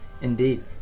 Indeed